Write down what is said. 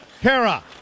Kara